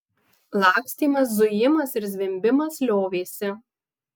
lakstymas zujimas ir zvimbimas liovėsi